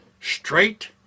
straight